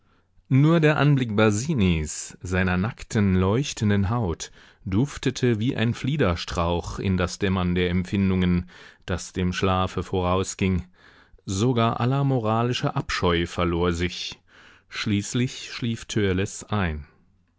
nur der anblick basinis seiner nackten leuchtenden haut duftete wie ein fliederstrauch in das dämmern der empfindungen das dem schlafe vorausging sogar aller moralische abscheu verlor sich schließlich schlief törleß ein